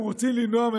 אתם רוצים משהו אחר?